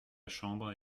chambre